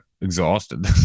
Exhausted